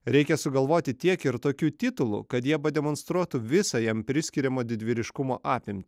reikia sugalvoti tiek ir tokių titulų kad jie pademonstruotų visą jam priskiriamo didvyriškumo apimtį